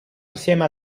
insieme